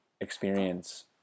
experience